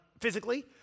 physically